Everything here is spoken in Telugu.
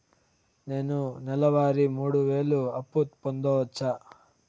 నేను నెల వారి మూడు వేలు అప్పు పొందవచ్చా?